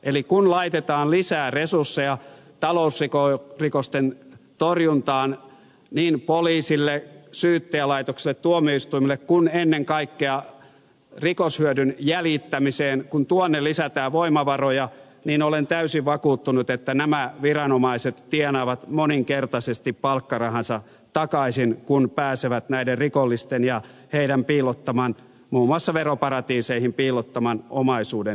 eli kun laitetaan lisää resursseja talousrikosten torjuntaan niin poliisille syyttäjälaitokselle tuomioistuimille kuin ennen kaikkea rikoshyödyn jäljittämiseen kun tuonne lisätään voimavaroja niin olen täysin vakuuttunut että nämä viranomaiset tienaavat moninkertaisesti palkkarahansa takaisin kun pääsevät näiden rikollisten ja näiden muun muassa veroparatiiseihin piilottaman omaisuuden jäljille